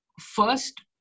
first